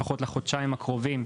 לפחות לחודשיים הקרובים,